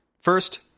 First